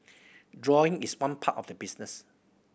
drawing is one part of the business